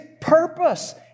purpose